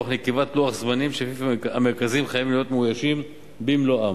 תוך נקיבת לוח זמנים שלפיו המרכזים חייבים להיות מאוישים במלואם.